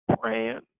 praying